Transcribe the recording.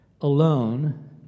alone